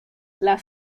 las